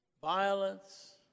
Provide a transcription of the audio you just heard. violence